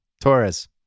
Torres